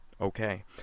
Okay